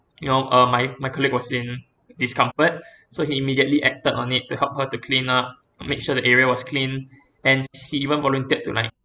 you know uh my my colleague was in discomfort so he immediately acted on it to help her to clean up make sure the area was clean and he even volunteered to like